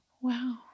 Wow